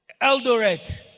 Eldoret